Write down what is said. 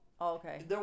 okay